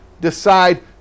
decide